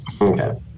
okay